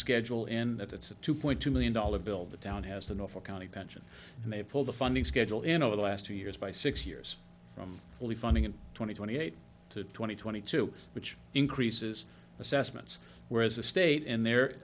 schedule and that it's a two point two million dollar bill the town has the norfolk county pension and they pulled the funding schedule in over the last two years by six years from fully funding in twenty twenty eight to twenty twenty two which increases assessments whereas the state in the